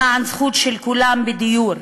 למען הזכות של כולם לדיור,